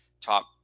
top